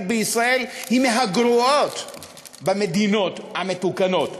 בישראל היא מהגרועות במדינות המתוקנות.